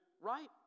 right